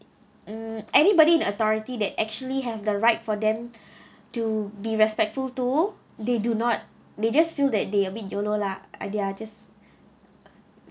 mm anybody in authority that actually have the right for them to be respectful to they do not they just feel that they a bit YOLO lah ah they are just